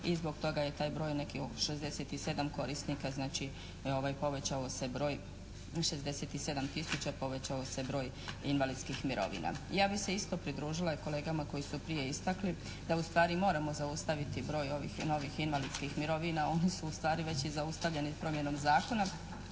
i zbog toga je taj broj neki od 67 korisnika, znači povećao se broj 67 tisuća, povećao se broj invalidskih mirovina. Ja bih se isto pridružila kolegama koji su prije istakli, da ustvari moramo zaustaviti broj ovih novih invalidskih mirovina, oni su ustvari veći i zaustavljeni promjenom zakona